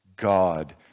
God